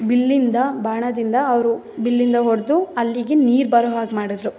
ಬಿಲ್ಲಿಂದ ಬಾಣದಿಂದ ಅವರು ಬಿಲ್ಲಿಂದ ಹೊಡ್ದು ಅಲ್ಲಿಗೆ ನೀರು ಬರೋ ಹಾಗೆ ಮಾಡಿದ್ರು